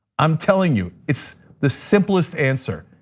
i'm telling you, it's the simplest answer.